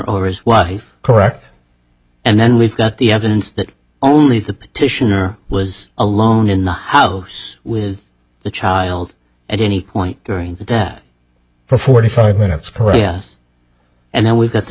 over his wife correct and then we've got the evidence that only the petitioner was alone in the house with the child at any point during that for forty five minutes and then we got the